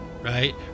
right